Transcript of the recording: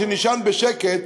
שנישן בשקט,